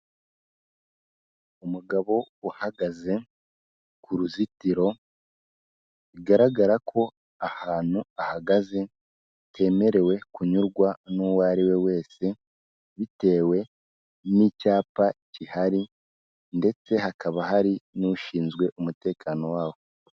Umugabo uhagaze ku ruzitiro, bigaragara ko ahantu ahagaze hatemerewe kunyurwa n'uwo ari we wese, bitewe n'icyapa gihari ndetse hakaba hari n'ushinzwe umutekano waho.